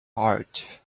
heart